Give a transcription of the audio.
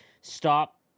stop